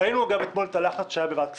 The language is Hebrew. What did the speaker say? ראינו אתמול את הלחץ שהיה בוועדת הכספים.